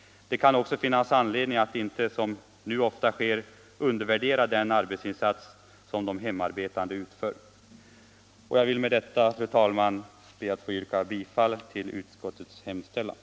Det kan också finnas anledning att inte — som nu ofta sker — undervärdera den arbetsinsats som de hemarbetande utför. Jag ber att med detta, fru talman, få yrka bifall till utskottets hemställan.